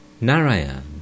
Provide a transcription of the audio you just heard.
Narayan